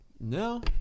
no